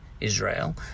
Israel